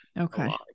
okay